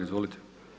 Izvolite.